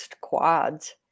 quads